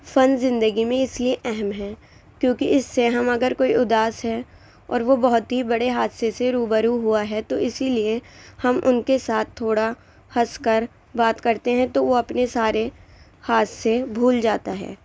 فن زندگی میں اس لئے اہم ہے کیونکہ اس سے ہم اگر کوئی اداس ہے اور وہ بہت ہی بڑے حادثے سے روبرو ہوا ہے تو اسی لئے ہم ان کے ساتھ تھوڑا ہنس کر بات کرتے ہیں تو وہ اپنے سارے حادثے بھول جاتا ہے